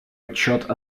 отчет